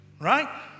right